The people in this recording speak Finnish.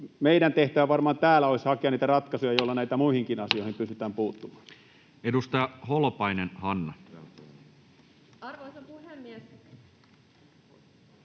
meidän tehtävä varmaan täällä olisi hakea niitä ratkaisuja, joilla näihin muihinkin asioihin pystytään puuttumaan. Edustaja Holopainen, Hanna. Arvoisa puhemies!